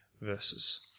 verses